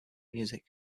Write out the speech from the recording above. music